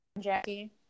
jackie